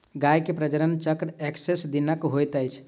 गाय मे प्रजनन चक्र एक्कैस दिनक होइत अछि